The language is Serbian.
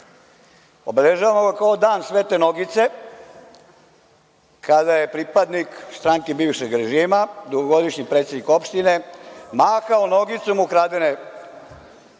Obeležavamo ga kao „dan svete nogice“, kada je pripadnik stranke bivšeg režima, dugogodišnji predsednik opštine mahao nogicom ukradenom